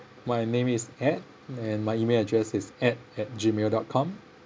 my name is ed and my email address is ed at gmail dot com